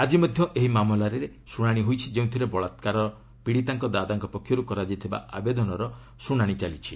ଆକି ମଧ୍ୟ ଏହି ମାମଲାରେ ଶୁଣାଣି ହୋଇଛି ଯେଉଁଥିରେ ବଳାକାର ପୀଡ଼ିତାଙ୍କ ଦାଦାଙ୍କ ପକ୍ଷରୁ କରାଯାଇଥିବା ଆବେଦନର ଶୁଶାଶି ହୋଇଛି